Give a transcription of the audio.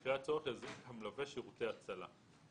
במקרה הצורך יזעיק המלווה שירותי הצלה.